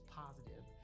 positive